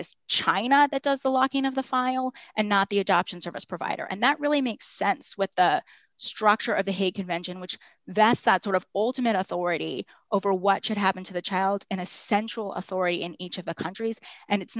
is china that does the locking of the file and not the adoption service provider and that really makes sense with the structure of the hague convention which that's not sort of older men authority over what should happen to the child in a central authority in each of the countries and it's